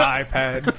iPad